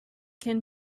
can